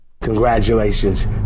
Congratulations